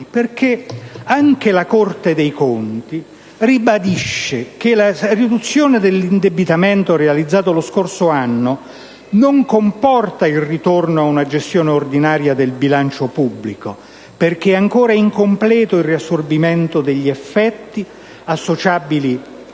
perché anche la Corte dei conti ribadisce che la riduzione dell'indebitamento realizzata lo scorso anno non comporta il ritorno ad una gestione ordinaria del bilancio pubblico, perché è ancora incompleto il riassorbimento degli effetti associabili